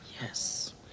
Yes